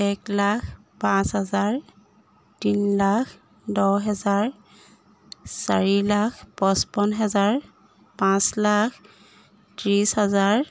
এক লাখ পাঁচ হাজাৰ তিন লাখ দহ হেজাৰ চাৰি লাখ পঁচপন হেজাৰ পাঁচ লাখ ত্ৰিছ হাজাৰ